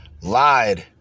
Lied